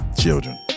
children